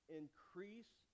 increase